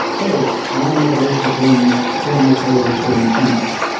hey, i want to make a list of things here are my titles, here are my summaries.